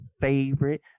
favorite